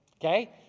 okay